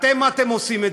אתם, מה אתם עושים?